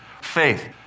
faith